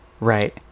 right